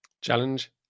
challenge